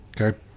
Okay